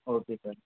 okay sir